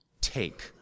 take